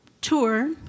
tour